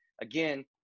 again